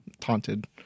taunted